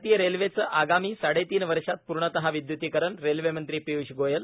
भारतीय रेल्वेचं प्ढील साडेतीन वर्षात पूर्णता विध्य्तीकरण रेल्वेमंत्री पिय्ष गोयल